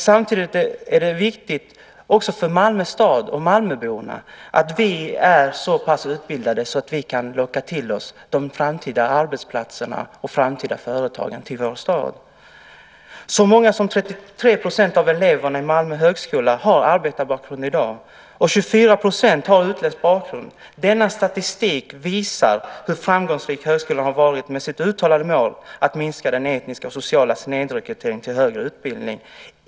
Samtidigt är det viktigt också för Malmö stad och malmöborna att vi är så pass utbildade att vi kan locka till oss de framtida arbetsplatserna och framtida företagen till vår stad. Så många som 33 % av eleverna i Malmö högskola har i dag arbetarbakgrund, och 24 % har utländsk bakgrund. Denna statistik visar hur framgångsrik högskolan har varit med sitt uttalade mål att minska den etniska och sociala snedrekryteringen till högre utbildning.